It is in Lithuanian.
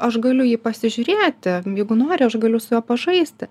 aš galiu jį pasižiūrėti jeigu nori aš galiu su juo pažaisti